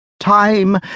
Time